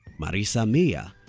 marissa mayer,